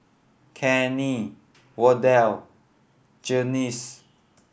Kenny Wardell Glynis